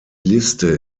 liste